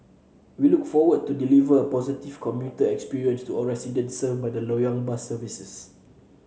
we look forward to delivering a positive commuter experience to all residents served by the Loyang bus services